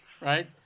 right